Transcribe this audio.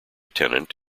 tenant